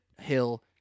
Hill